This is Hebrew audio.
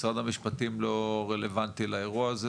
משרד המשפטים לא רלוונטי לאירוע הזה?